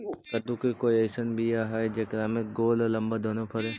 कददु के कोइ बियाह अइसन है कि जेकरा में गोल औ लमबा दोनो फरे?